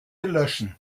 löschen